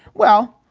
well,